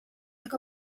aga